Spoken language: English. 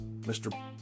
Mr